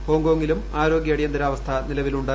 ഹോങ്കോങ്ങിലും ആരോഗൃ അടിയന്തരാ വസ്ഥ നിലവിലുണ്ട്